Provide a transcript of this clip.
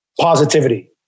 positivity